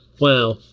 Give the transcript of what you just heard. wow